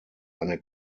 eine